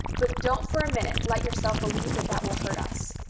but don't for a minute let yourself believe that that will hurt us.